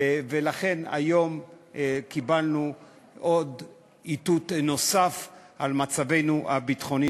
ולכן היום קיבלנו איתות נוסף על מצבנו הביטחוני,